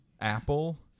Apple